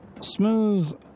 smooth